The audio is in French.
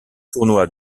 tournoi